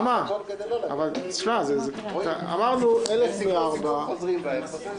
ההסכמה חולקה לכם ואני אקרא אותה עוד פעם עכשיו בצורה מסודרת.